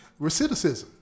recidivism